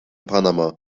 panama